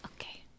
Okay